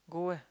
go where